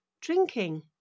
drinking